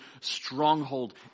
stronghold